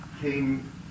came